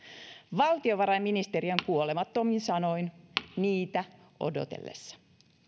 valtiovarainministeriön kuolemattomin sanoin niitä odotellessa